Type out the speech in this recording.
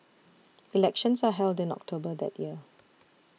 elections are held in October that year